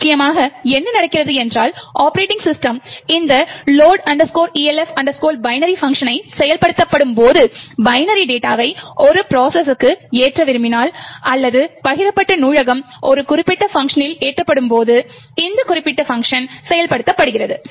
முக்கியமாக என்ன நடக்கிறது என்றால் ஒப்பரேட்டிங் சிஸ்டம் இந்த load elf binary பங்க்ஷனை செயல்படுத்தும்போது பைனரி டேட்டாவை ஒரு ப்ரோசஸ்க்கு ஏற்ற விரும்பினால் அல்லது பகிரப்பட்ட நூலகம் ஒரு குறிப்பிட்ட பங்க்ஷனில் ஏற்றப்படும் போது இந்த குறிப்பிட்ட பங்க்ஷன் செயல்படுத்தப்படுகிறது